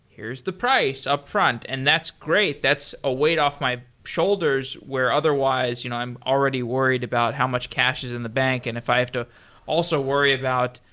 here's the price, upfront, and that's great. that's a weight off my shoulders where otherwise you know i'm already worried about how much cash is in the bank, and if i have to also worry about,